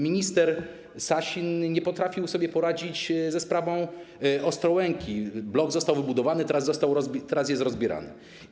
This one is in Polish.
Minister Sasin nie potrafił sobie poradzić ze sprawą Ostrołęki, blok został wybudowany, teraz jest rozbierany.